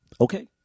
Okay